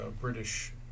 British